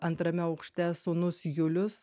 antrame aukšte sūnus julius